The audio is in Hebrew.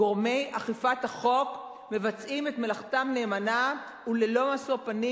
גורמי אכיפת החוק מבצעים את מלאכתם נאמנה וללא משוא פנים,